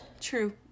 True